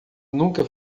nunca